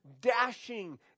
dashing